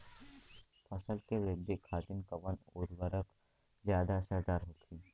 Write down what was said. फसल के वृद्धि खातिन कवन उर्वरक ज्यादा असरदार होखि?